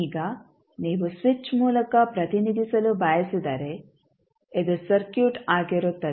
ಈಗ ನೀವು ಸ್ವಿಚ್ ಮೂಲಕ ಪ್ರತಿನಿಧಿಸಲು ಬಯಸಿದರೆ ಇದು ಸರ್ಕ್ಯೂಟ್ ಆಗಿರುತ್ತದೆ